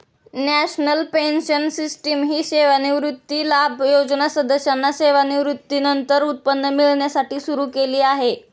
national pension system ही सेवानिवृत्ती लाभ योजना सदस्यांना सेवानिवृत्तीनंतर उत्पन्न मिळण्यासाठी सुरू केली आहे